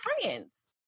friends